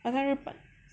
他在日本